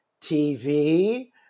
TV